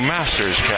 Master's